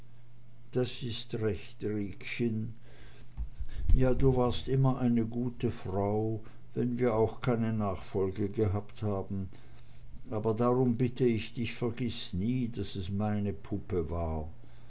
das ist recht riekchen ja du warst immer eine gute frau wenn wir auch keine nachfolge gehabt haben aber darum bitte ich dich vergiß nie daß es meine puppe war